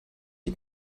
die